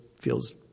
feels